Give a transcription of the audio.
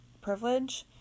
privilege